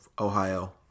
Ohio